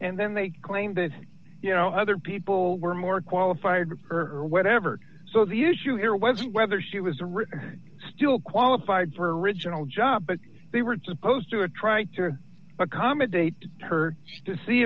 and then they claim that you know other people were more qualified or whatever so the issue here wasn't whether she was still qualified for original job but they were supposed to or try to accommodate her to see